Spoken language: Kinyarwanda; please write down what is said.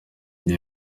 gihe